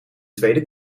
tweede